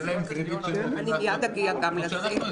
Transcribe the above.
תן להם קרדיט שהם יודעים לעשות את זה.